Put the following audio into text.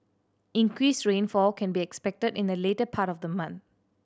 increased rainfall can be expected in the later part of the month